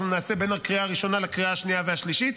נעשה בין הקריאה הראשונה לקריאה השנייה והשלישית,